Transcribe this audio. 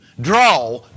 draw